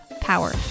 Power